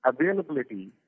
availability